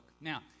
Now